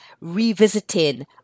revisiting